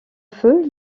feu